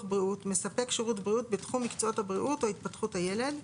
בריאות מספק שירות בריאות בתחום מקצועות הבריאות או התפתחות הילד,